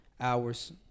hours